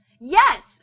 Yes